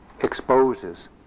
exposes